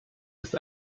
ist